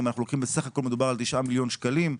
בסך הכול מדובר על 9 מיליון שקלים.